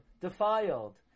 defiled